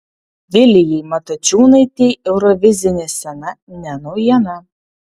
vilijai matačiūnaitei eurovizinė scena ne naujiena